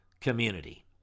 community